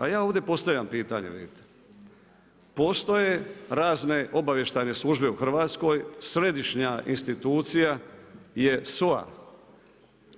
A ja ovdje postavljam pitanje vidite, postoje razne obavještajne službe u Hrvatskoj, središnja institucija je SOA,